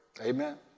Amen